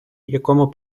якому